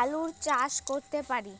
আলুর চাষ করতে পারি?